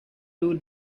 two